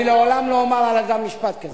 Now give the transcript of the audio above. אני לעולם לא אומר על אדם משפט כזה.